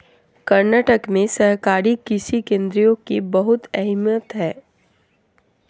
कर्नाटक में सहकारी कृषि केंद्रों की बहुत अहमियत है